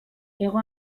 hego